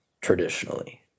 traditionally